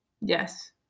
Yes